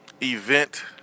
event